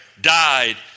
died